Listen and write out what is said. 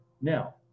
Now